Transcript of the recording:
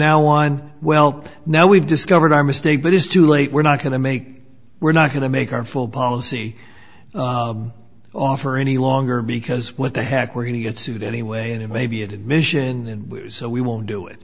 now on well now we've discovered our mistake but it's too late we're not going to make we're not going to make our full policy offer any longer because what the heck we're going to get sued anyway and it may be admission so we won't do it